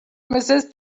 mrs